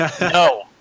No